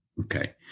Okay